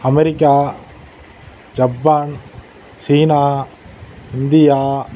America Japan China India